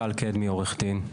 טל קדמי, עורך דין.